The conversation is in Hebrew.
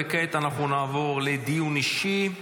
כעת אנחנו נעבור לדיון אישי.